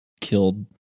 killed